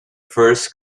first